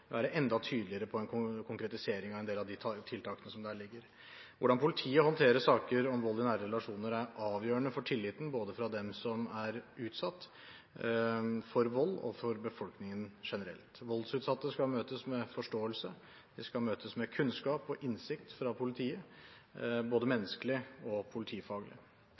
være enda tydeligere på en konkretisering av en del av de tiltakene som der ligger. Hvordan politiet håndterer saker om vold i nære relasjoner, er avgjørende for tilliten, både for dem som er utsatt for vold, og for befolkningen generelt. Voldsutsatte skal møtes med forståelse. De skal møtes med kunnskap og innsikt av politiet, både menneskelig og politifaglig.